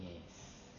yes